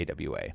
AWA